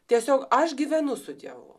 tiesiog aš gyvenu su dievu